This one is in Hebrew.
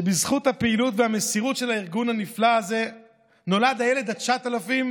ובזכות הפעילות והמסירות של הארגון הנפלא הזה נולד הילד ה-9,000,